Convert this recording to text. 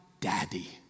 Daddy